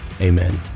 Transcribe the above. amen